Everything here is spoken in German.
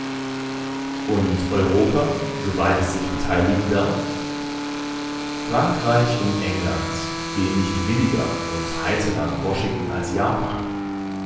und europa soweit es sich beteiligen darf frankreich und england gehen nicht williger und heiterer nach washington als japan